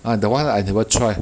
ah that [one] I never try